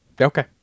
Okay